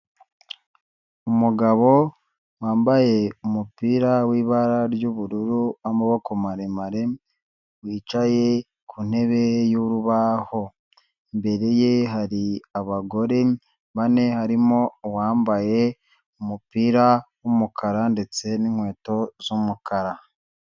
Umugabo wambaye umupira w'ibara ry'ubururu w'amaboko maremare, wicaye ku ntebe y'urubaho, imbere ye hari abagore bane, harimo uwambaye umupira w'umukara ndetse n'inkweto z'umukara.